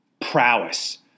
prowess